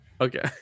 Okay